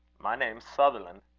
my name's sutherland.